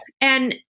And-